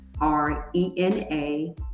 r-e-n-a